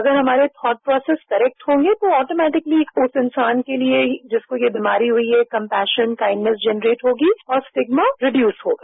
अगर हमारे thought process correct होंगे तो ऑटोमेटिकली उस इंसान के लिए जिसको यह बीमारी हुई है एक कम्पेशन काइंडनेस जेनरेट होगी और स्टिग्मा रिड्यूस होगा